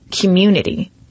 community